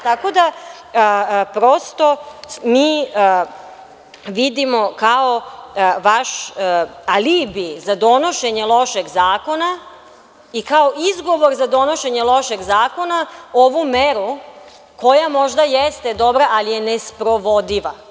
Prosto, mi vidimo kao vaš alibi za donošenje lošeg zakona i kao izgovor za donošenje lošeg zakona ovu meru, koja možda jeste dobra, ali je nesprovodiva.